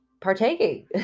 partaking